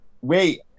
wait